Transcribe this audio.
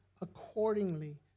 accordingly